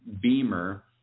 beamer